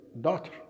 daughter